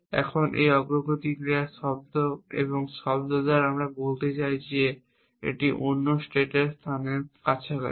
এখন এই অগ্রগতি ক্রিয়াটি শব্দ এবং শব্দ দ্বারা আমি বলতে চাই যে এটি অন্য স্টেটের স্থানের কাছাকাছি